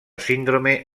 síndrome